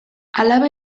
alaba